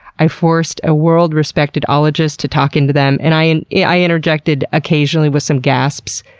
i forced a world-respected ologist to talk into them, and i and yeah i interjected occasionally with some gasps.